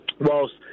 whilst